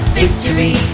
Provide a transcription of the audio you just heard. victory